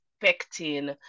expecting